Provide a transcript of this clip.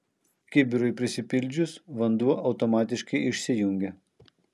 kibirui prisipildžius vanduo automatiškai išsijungia